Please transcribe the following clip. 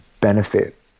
benefit